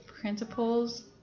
principles